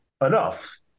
enough